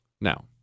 Now